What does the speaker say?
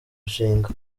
nshinga